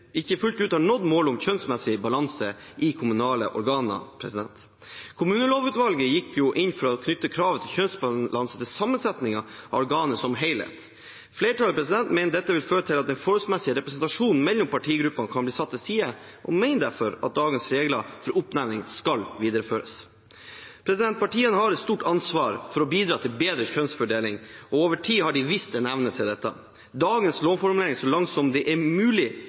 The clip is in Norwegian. ikke fullt ut har nådd målet om kjønnsmessig balanse i kommunale organer. Kommunelovutvalget gikk inn for å knytte kravet til kjønnsbalanse til sammensetningen av organet som helhet. Flertallet mener dette vil føre til at den forholdsmessige representasjonen mellom partigruppene kan bli satt til side, og mener derfor at dagens regler for oppnevning skal videreføres. Partiene har et stort ansvar for å bidra til bedre kjønnsfordeling, og over tid har de vist evne til dette. Dagens lovformulering «så langt det er mulig»